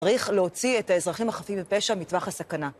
צריך להוציא את האזרחים החפים מפשע מטווח הסכנה.